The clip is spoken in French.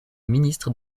ministre